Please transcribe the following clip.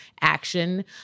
action